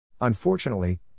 Unfortunately